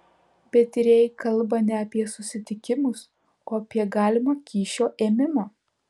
bet tyrėjai kalba ne apie susitikimus o apie galimą kyšio ėmimą